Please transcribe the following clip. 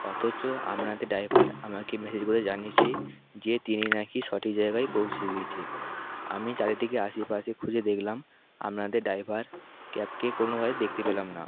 অথচ আপনাদের ড্রাইভার আমাকে মেসেজ করে জানিয়েছে যে তিনি নাকি সঠিক জায়গায় পৌঁছে গেছে আমি চারিদিকে আশেপাশে খুঁজে দেখলাম আপনাদের ড্রাইভার ক্যাবকে কোনওভাবে দেখতে পেলাম না